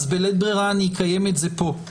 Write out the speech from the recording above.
בלית ברירה אקיים זאת פה.